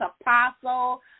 Apostle